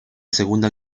segunda